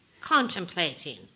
contemplating